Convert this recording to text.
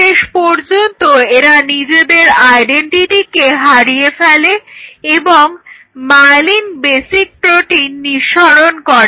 শেষ পর্যন্ত এরা নিজেদের আইডেন্টিটিকে হারিয়ে ফেলে এবং মায়েলিন বেসিক প্রোটিন নিঃসরণ করে